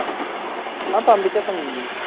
పంపించేస్తాము అండి